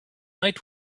night